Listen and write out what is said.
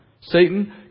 Satan